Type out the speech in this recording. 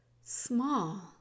small